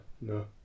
no